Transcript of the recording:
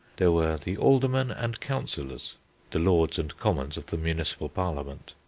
there were the aldermen and councillors the lords and commons of the municipal parliament.